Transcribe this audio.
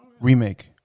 remake